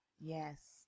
Yes